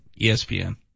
ESPN